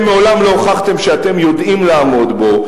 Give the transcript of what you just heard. מעולם לא הוכחתם שאתם יודעים לעמוד בו,